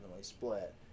split